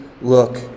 look